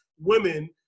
women